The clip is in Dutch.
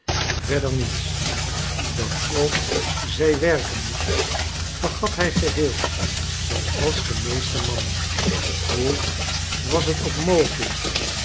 verder niets dat ook zij werken moest vergat hij geheel zooals de meeste mannen hoe was het ook mogelijk